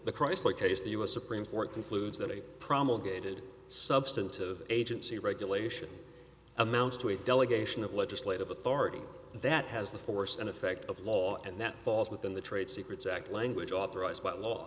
the chrysler case the us supreme court concludes that a promulgated substantive agency regulation amounts to a delegation of legislative authority that has the force and effect of law and that falls within the trade secrets act language authorized by law